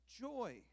joy